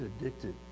addicted